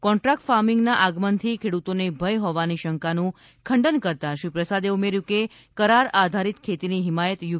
contract ફાર્મિંગના આગમનથી ખેડૂતોને ભય હોવાની શંકાનું ખંડન કરતાં શ્રી પ્રસાદે ઉમેર્થું હતું કે કરાર આધારિત ખેતીની હિમાયત યુ